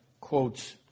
quotes